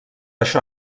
això